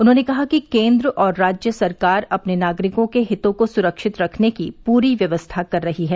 उन्होंने कहा कि केन्द्र और राज्य सरकार अपने नागरिकों के हितों को सुरक्षित रखने की पूरी व्यवस्था कर रही है